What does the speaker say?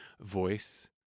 voice